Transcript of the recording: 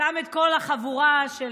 שם את כל החבורה של